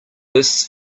this